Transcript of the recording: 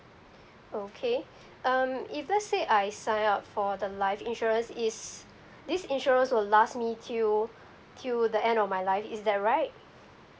oh okay um if let's say I sign up for the life insurance is this insurance will last me till till the end of my life is that right